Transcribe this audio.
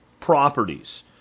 properties